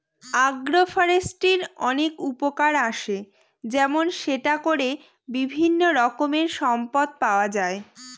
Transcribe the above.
আগ্র ফরেষ্ট্রীর অনেক উপকার আসে যেমন সেটা করে বিভিন্ন রকমের সম্পদ পাওয়া যায়